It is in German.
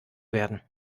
werden